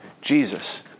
Jesus